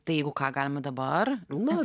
tai jeigu ką galima dabar nu